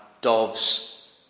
doves